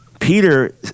Peter